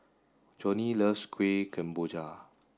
Johnny loves Kuih Kemboja